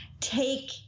take